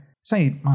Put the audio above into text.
say